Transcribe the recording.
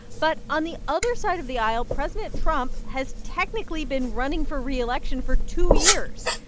but on the other side of the aisle, president trump has, technically, been running for re-election for two years.